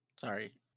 Sorry